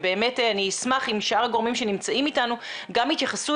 באמת אני אשמח אם שאר הגורמים שנמצאים איתנו גם יתייחסו,